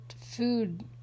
food